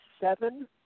seven